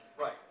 Right